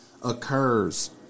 Occurs